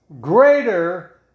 greater